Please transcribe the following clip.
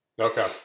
Okay